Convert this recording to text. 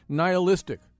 nihilistic